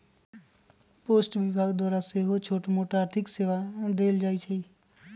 post विभाग द्वारा सेहो छोटमोट आर्थिक सेवा देल जाइ छइ